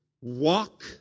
walk